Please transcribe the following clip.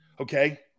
Okay